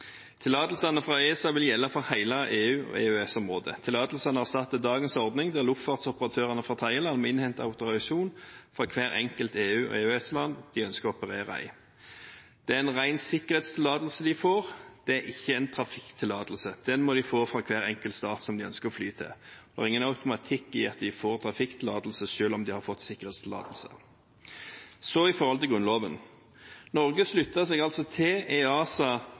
Tillatelsene fra EASA vil gjelde for hele EU/EØS-området. Tillatelsene erstatter dagens ordning, der luftfarsoperatørene fra tredjeland må innhente autorisasjon fra hvert enkelt EU/EØS-land de ønsker å operere i. De får en ren sikkerhetstillatelse, det er ikke en trafikktillatelse. Den må de få fra hver enkelt stat som de ønsker å fly til. Det er ingen automatikk i at de får trafikktillatelse, selv om de har fått sikkerhetstillatelse. Når det så gjelder Grunnloven: Norge sluttet seg til EASA